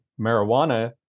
marijuana